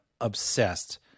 obsessed